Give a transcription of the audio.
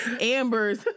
Amber's